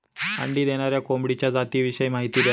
अंडी देणाऱ्या कोंबडीच्या जातिविषयी माहिती द्या